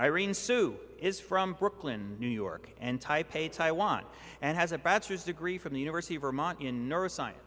irene sue is from brooklyn new york and taipei taiwan and has a bachelor's degree from the university of vermont in neur